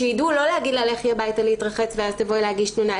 שידעו לא להגיד לה: לכי הביתה להתרחץ ואל תבואי להגיש תלונה,